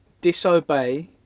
disobey